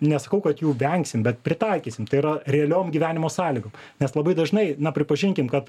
nesakau kad jų vengsim bet pritaikysim tai yra realiom gyvenimo sąlygom nes labai dažnai na pripažinkim kad